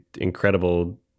incredible